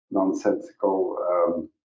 nonsensical